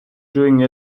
doing